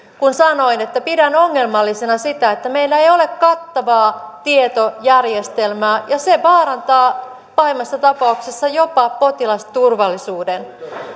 kun sanoin että pidän ongelmallisena sitä että meillä ei ole kattavaa tietojärjestelmää ja se vaarantaa pahimmassa tapauksessa jopa potilasturvallisuuden